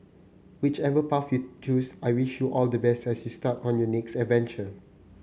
whichever path you choose I wish you all the best as you start on your next adventure